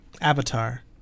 Avatar